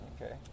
Okay